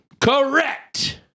Correct